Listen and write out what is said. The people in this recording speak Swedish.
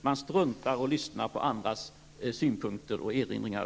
Man struntar där i att lyssna på andras synpunkter och erinringar.